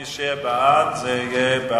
מי שיצביע בעד,